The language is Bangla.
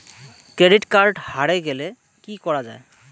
ক্রেডিট কার্ড হারে গেলে কি করা য়ায়?